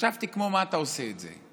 וחשבתי כמו מה אתה עושה זה.